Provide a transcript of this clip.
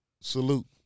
Salute